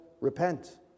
Repent